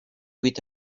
with